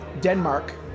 Denmark